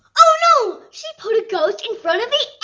oh no, she put a ghost in front of